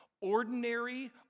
Ordinary